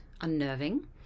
unnerving